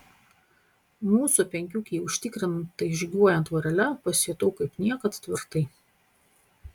mūsų penkiukei užtikrintai žygiuojant vorele pasijutau kaip niekad tvirtai